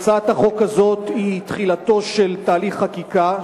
הצעת החוק הזאת היא תחילתו של תהליך חקיקה,